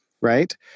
right